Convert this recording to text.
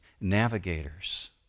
Navigators